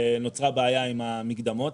נוצרה בעיה עם המקדמות,